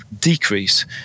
decrease